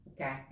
Okay